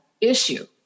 issue